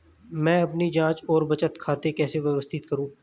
मैं अपनी जांच और बचत खाते कैसे व्यवस्थित करूँ?